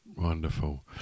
Wonderful